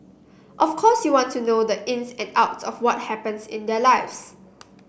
of course you want to know the ins and outs of what happens in their lives